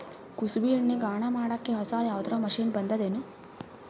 ಕುಸುಬಿ ಎಣ್ಣೆ ಗಾಣಾ ಮಾಡಕ್ಕೆ ಹೊಸಾದ ಯಾವುದರ ಮಷಿನ್ ಬಂದದೆನು?